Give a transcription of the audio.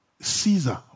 Caesar